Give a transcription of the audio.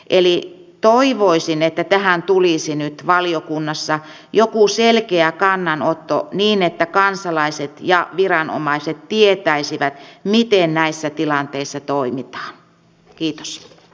eli toivoisin että tähän tulisi nyt valiokunnassa joku selkeä kannanotto niin että kansalaiset ja viranomaiset tietäisivät miten näissä tilanteissa toimitaan